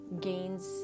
gains